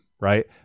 right